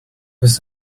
was